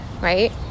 right